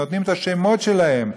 נותנים את השמות שלהם,